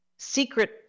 Secret